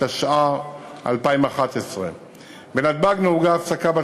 התשע"א 2011. בנתב"ג נהוגה הפסקה בת